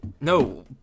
No